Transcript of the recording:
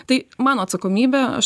tai mano atsakomybė aš